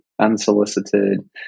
unsolicited